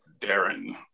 Darren